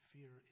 Fear